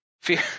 Fear